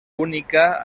única